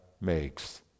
makes